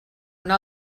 una